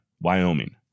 Wyoming